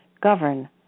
govern